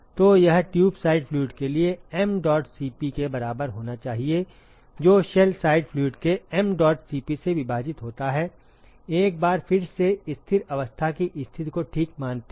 तो यह tube side fluid के mdot Cp के बराबर होना चाहिए जो शेल साइड फ्लुइड के m dot Cp से विभाजित होता है एक बार फिर से स्थिर अवस्था की स्थिति को ठीक मानते हुए